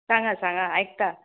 सांगां सांगां आयक्ता